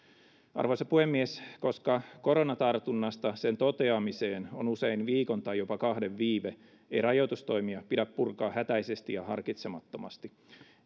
arvoisa puhemies koska koronatartunnasta sen toteamiseen on usein viikon tai jopa kahden viive ei rajoitustoimia pidä purkaa hätäisesti ja harkitsemattomasti